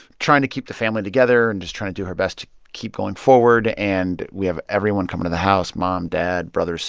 trying to keep the family together and just trying to do her best to keep going forward. and we have everyone coming to the house mom, dad, brother, so